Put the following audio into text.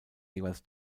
jeweils